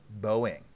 Boeing